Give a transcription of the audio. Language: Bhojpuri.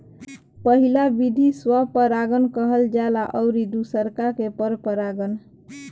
पहिला विधि स्व परागण कहल जाला अउरी दुसरका के पर परागण